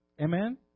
Amen